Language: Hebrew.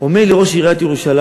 אומר לי ראש עיריית ירושלים